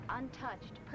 untouched